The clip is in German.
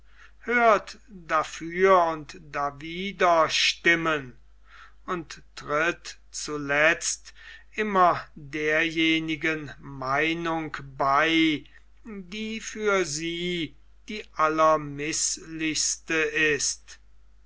hört dafür und dawider stimmen und tritt zuletzt immer derjenigen meinung bei die für sie die allermißlichste ist